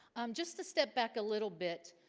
um just to step back a little bit,